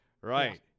Right